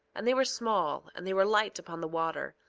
and they were small, and they were light upon the water,